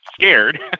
scared